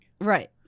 Right